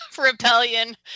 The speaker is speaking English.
rebellion